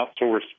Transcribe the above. outsource